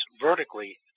vertically